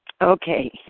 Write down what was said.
Okay